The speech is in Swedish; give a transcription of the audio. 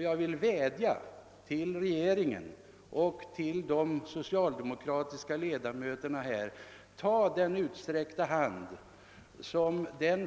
Jag vädjar till regeringen och de socialdemokratiska ledamöterna här att ta den utsträckta hand som den